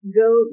Go